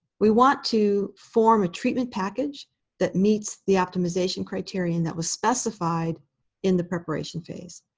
we want to form a treatment package that meets the optimization criterion that was specified in the preparation phase.